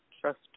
trust